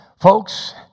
Folks